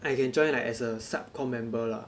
I can join like as a sub comm member lah